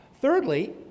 Thirdly